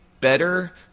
better